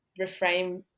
reframe